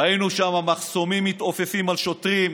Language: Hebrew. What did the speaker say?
ראינו שם מחסומים מתעופפים על שוטרים,